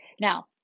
Now